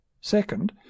Second